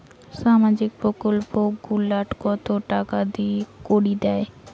সামাজিক প্রকল্প গুলাট কত টাকা করি দেয়?